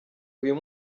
uyu